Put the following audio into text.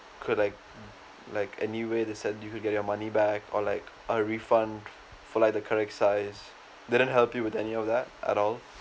could like like any way they said you could get your money back or like a refund for like the correct size didn't help you with any of that at all